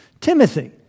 Timothy